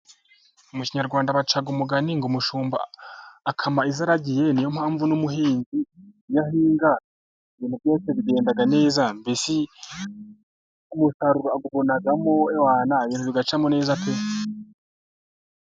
Mu kinyarwanda bacaga umugani ngo umushumba akama izo iaraagiye. Ni yo mpamvu n'umuhinzi iyo ahi ga ibintu byose bigenda neza, mbese umusaruro agubonamo. Ewana, wana ibintu bigacamo neza pe.